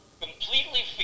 Completely